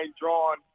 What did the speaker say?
drawn